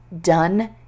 done